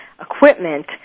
equipment